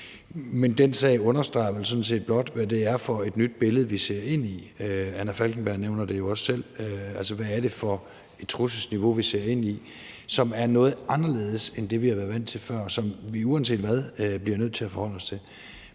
Men den sag understreger vel sådan set blot, hvad det er for et nyt billede, vi ser ind i. Anna Falkenberg nævner det jo også selv – altså, hvad er det for et trusselsniveau, vi ser ind i, som er noget anderledes end det, vi har været vant til før, og som vi uanset hvad bliver nødt til at forholde os til?